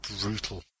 brutal